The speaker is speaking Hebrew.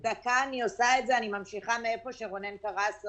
אני מאמינה שכל הנוהל הזה שונה היום בגלל הלחץ שלנו,